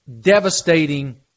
devastating